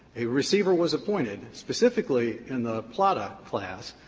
a receiver was appointed, specifically in the plata class,